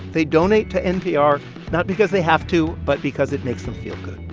they donate to npr not because they have to, but because it makes them feel good.